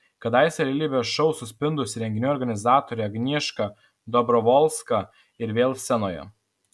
kadaise realybės šou suspindusi renginių organizatorė agnieška dobrovolska ir vėl scenoje